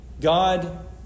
God